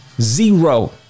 Zero